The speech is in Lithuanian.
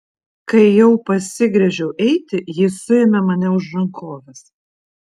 kai jau pasigręžiau eiti ji suėmė mane už rankovės